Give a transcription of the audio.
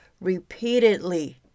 repeatedly